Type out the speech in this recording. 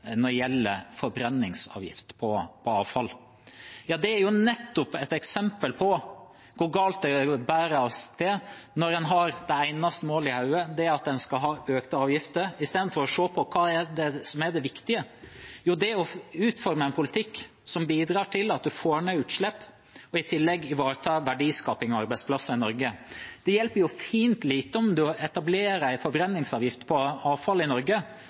når det gjelder forbrenningsavgift på avfall: Det er nettopp et eksempel på hvor galt det bærer av sted når det eneste målet en har i hodet, er at en skal ha økte avgifter, istedenfor å se på hva som er det viktige. Det er å utforme en politikk som bidrar til at en får ned utslipp og i tillegg ivaretar verdiskaping og arbeidsplasser i Norge. Det hjelper fint lite om en etablerer en forbrenningsavgift på avfall i Norge